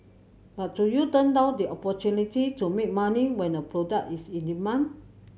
but do you turn down the opportunity to make money when a product is in demand